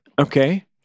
Okay